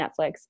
Netflix